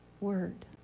word